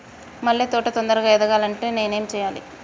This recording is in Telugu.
మల్లె తోట తొందరగా ఎదగాలి అంటే నేను ఏం చేయాలి?